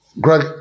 greg